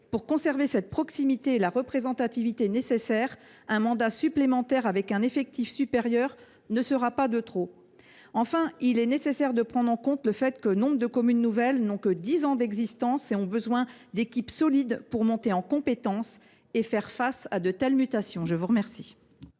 de conserver la proximité et la représentativité nécessaires, un mandat supplémentaire avec un effectif supérieur ne sera pas de trop. Enfin, il est nécessaire de prendre en compte le fait que nombre de communes nouvelles n’ont que dix ans d’existence et qu’elles ont besoin d’équipes solides pour monter en compétence et faire face à de telles mutations. Le sous amendement